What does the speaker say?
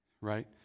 Right